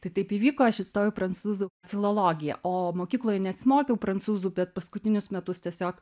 tai taip įvyko aš įstojau į prancūzų filologiją o mokykloje nesimokiau prancūzų bet paskutinius metus tiesiog